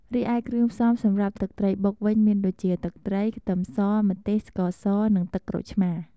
រីឯគ្រឿងផ្សំសម្រាប់ទឹកត្រីបុកវិញមានដូចជា ទឹកត្រី ខ្ទឹមស ម្ទេស ស្ករស និងទឹកក្រូចឆ្មារ។